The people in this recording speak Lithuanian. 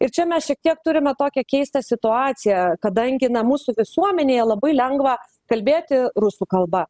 ir čia mes šiek tiek turime tokią keistą situaciją kadangi mūsų visuomenėje labai lengva kalbėti rusų kalba